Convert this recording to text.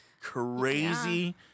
crazy